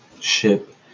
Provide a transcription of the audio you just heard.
ship